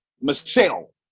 michelle